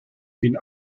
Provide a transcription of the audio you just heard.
bin